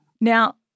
Now